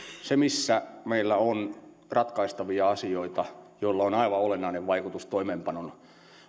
se missä meillä on ratkaistavia asioita joilla on aivan olennainen vaikutus toimeenpanon